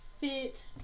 fit